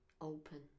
Open